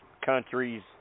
countries